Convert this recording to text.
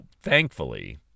thankfully